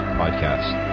podcast